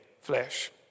flesh